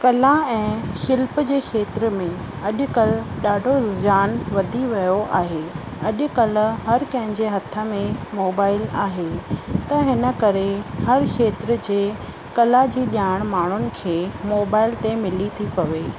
कला ऐं शिल्प जे क्षेत्र में अॼुकल्ह ॾाढो रूझान वधी वियो आहे अॼुकल्ह हर कंहिंजे हथ में मोबाइल आहे त हिन करे हर क्षेत्र जे कला जी ॼाण माण्हुनि खे मोबाइल ते मिली थी पवे